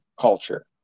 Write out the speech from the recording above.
culture